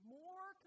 more